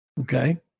okay